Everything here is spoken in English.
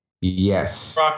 Yes